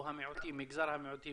או מגזר המיעוטים,